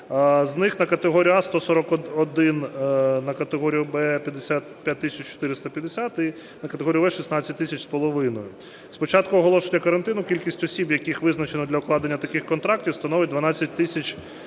З них на категорію "А" – 141, на категорію "Б" – 55 тисяч 450 і на категорію "В" – 16 тисяч з половиною. З початку оголошення карантину кількість осіб, яких визначено для укладення таких контрактів, становить 12 тисяч